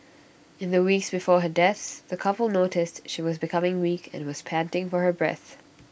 in the weeks before her death the couple noticed she was becoming weak and was panting for her breath